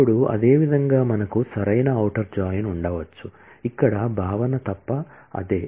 ఇప్పుడు అదేవిధంగా మనకు సరైన ఔటర్ జాయిన్ ఉండవచ్చు ఇక్కడ భావన తప్ప అదే